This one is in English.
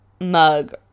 mug